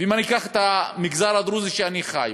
אם אני אקח את המגזר הדרוזי שבו אני חי,